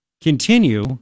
continue